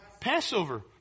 Passover